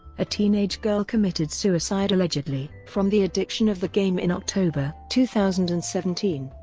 a teenage girl committed suicide allegedly from the addiction of the game in october, two thousand and seventeen.